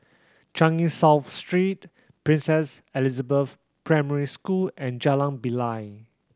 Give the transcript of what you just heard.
Changi South Street Princess Elizabeth Primary School and Jalan Bilal